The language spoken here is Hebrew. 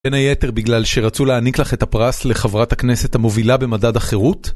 בין היתר בגלל שרצו להעניק לך את הפרס לחברת הכנסת המובילה במדד החירות?